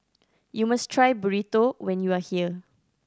you must try Burrito when you are here